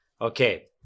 Okay